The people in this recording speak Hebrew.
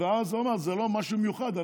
ואז אמר: זה לא משהו מיוחד,